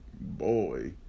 Boy